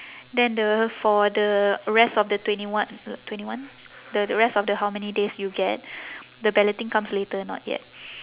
then the for the rest of the twenty one twenty one the rest of the how many days you get the balloting comes later not yet